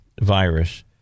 virus